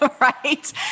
Right